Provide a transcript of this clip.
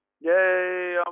Yay